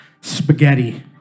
spaghetti